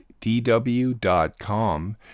DW.com